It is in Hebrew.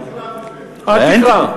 יש תקרה.